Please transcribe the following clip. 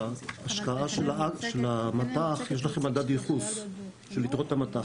מההשקעה של מט"ח יש לכם מדד ייחוס של יתרות המט"ח.